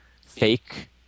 fake